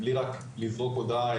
בלי רק לזרוק הודעה,